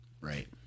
Right